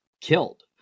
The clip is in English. killed